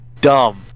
dumb